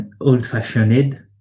old-fashioned